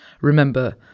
Remember